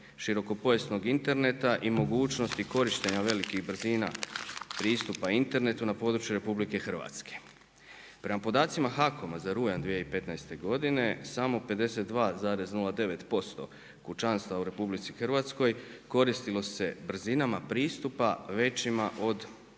širokopojasnog interneta i mogućnosti korištenja velikih brzina pristupa internetu na području RH. Prema podacima HAKOM-a za rujan 2015. godine samo 52,9% kućanstva u RH koristilo se brzinama pristupa većima od